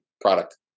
product